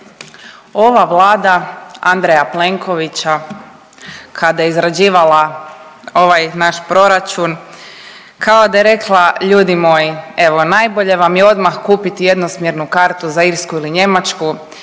Ova Vlada Andreja Plenkovića kada je izrađivala ovaj naš proračun kao da je rekla ljudi moji evo najbolje vam je odmah kupit jednosmjernu kartu za Irsku ili Njemačku